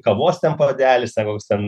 kavos ten puodelis ten koks ten